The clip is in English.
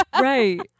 Right